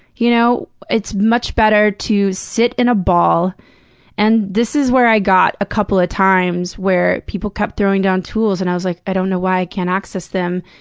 you know it's much better to sit in a ball and this is where i got a couple of times, where people kept throwing down tools, and i was like, i don't know why i can't access them.